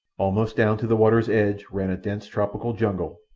almost down to the water's edge ran a dense tropical jungle,